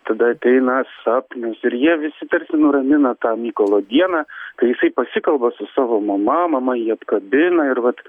tada ateina sapnius ir jie visi tarsi nuramina tą mykolo dieną kai jisai pasikalba su savo mama mama jį apkabina ir vat